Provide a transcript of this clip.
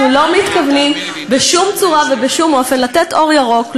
אנחנו לא מתכוונים בשום צורה ובשום אופן לתת אור ירוק,